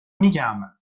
میگم